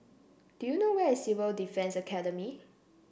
do you know where is Civil Defence Academy